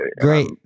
Great